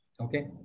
Okay